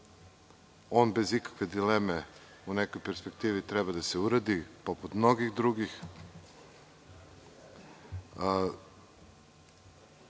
On bez ikakve dileme u nekoj perspektivi treba da se uradi poput mnogih drugih.